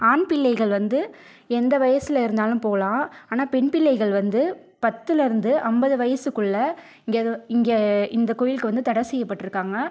ஆண் பிள்ளைகள் வந்து எந்த வயசில் இருந்தாலும் போகலாம் ஆனால் பெண் பிள்ளைகள் வந்து பத்தில் இருந்து ஐம்பது வயசுக்குள்ளே இங்கே இ இங்கே இந்த கோவிலுக்கு வந்து தடை செய்யப்பட்டிருக்காங்க